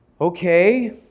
Okay